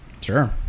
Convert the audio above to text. Sure